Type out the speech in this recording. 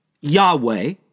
Yahweh